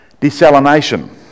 Desalination